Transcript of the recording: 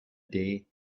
day